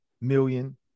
million